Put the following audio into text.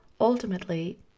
Ultimately